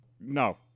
No